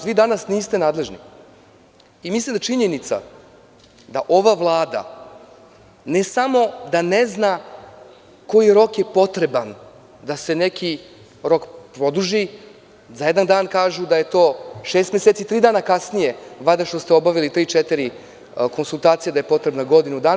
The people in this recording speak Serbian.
Vi danas niste nadležni imislim da činjenica da ova vlada ne samo da ne zna koji rok je potreban da se neki rok produži, za jedan dan kažu da je to šest meseci, a tri dana kasnije, valjda nakon što ste obavili tri, četiri konsultacije, da je potrebno godinu dana.